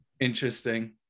Interesting